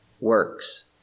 works